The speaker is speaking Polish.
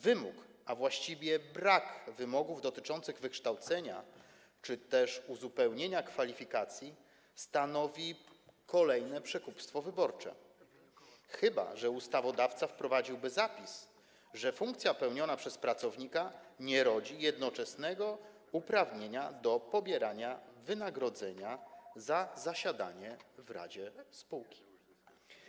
Wymóg, a właściwie brak wymogów dotyczących wykształcenia czy też uzupełnienia kwalifikacji stanowi kolejne przekupstwo wyborcze, chyba że ustawodawca wprowadziłby zapis, że funkcja pełniona przez pracownika nie rodzi jednoczesnego uprawnienia do pobierania wynagrodzenia za zasiadanie w radzie spółki.